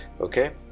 okay